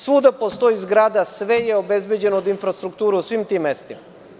Svuda postoji zgrada, sve je obezbeđeno od infrastrukture u svim tim mestima.